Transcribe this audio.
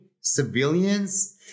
civilians